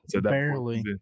barely